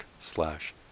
slash